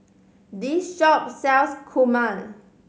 this shop sells kurma